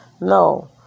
No